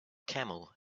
camel